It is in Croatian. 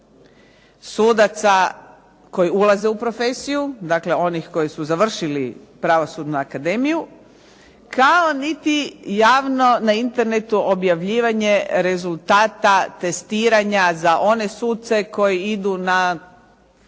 sudaca koji ulaze u profesiju, dakle onih koji su završili Pravosudnu akademiju, kao niti javno Internet objavljivanje rezultata testiranja za one suce koji idu u